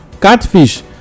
catfish